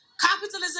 capitalism